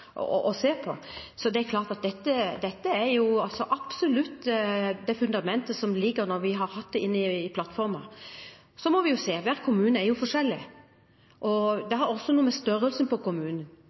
se på. Så det er klart at det absolutt er et fundament som ligger der, når vi har tatt det inn i plattformen. Så må vi se på hver kommune, for de er forskjellige. Det har også noe å gjøre med størrelsen på kommunen.